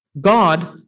God